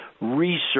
research